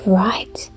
right